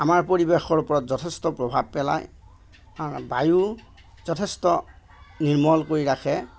আমাৰ পৰিৱেশৰ ওপৰত যথেষ্ট প্ৰভাৱ পেলায় বায়ু যথেষ্ট নিৰ্মল কৰি ৰাখে